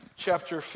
Chapter